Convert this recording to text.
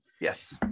yes